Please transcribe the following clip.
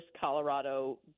Colorado